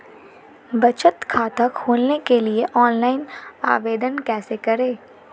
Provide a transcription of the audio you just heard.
बचत खाता खोलने के लिए ऑनलाइन आवेदन कैसे करें?